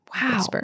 wow